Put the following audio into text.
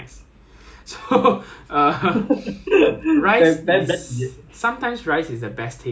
and some weird vegetable that is like rancid okay not rancid lah it just looks very terrible lah